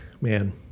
man